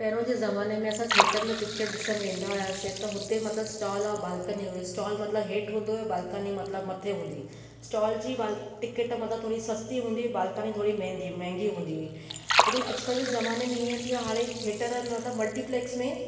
पहिरों जे ज़माने में असां थिएटर में पिचर ॾिसणु वेंदा हुयासीं त हुते स्टॉल बालकनी हुई स्टॉल मतिलबु हेठि हूंदो हुयो बालकनी मतिलबु मथे हूंदी हुई स्टॉल जी बाल टिकट मतिलबु थोरी सस्ती हूंदी हुई बालकनी थोरी महांगी महांगी हूंदी हुई लेकिन अॼुकल्ह ज़माने में हीअं थी वियो आहे हाणे थिएटरनि मतिलबु मल्टीप्लेक्स